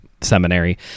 seminary